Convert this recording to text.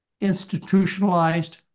institutionalized